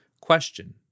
Question